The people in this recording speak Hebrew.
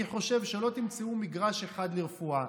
אני חושב שלא תמצאו מגרש אחד לרפואה,